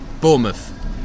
Bournemouth